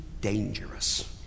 dangerous